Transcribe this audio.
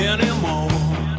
Anymore